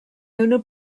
owner